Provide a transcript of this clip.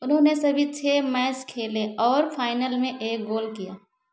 उन्होंने सभी छः मैच खेले और फाइनल में एक गोल किया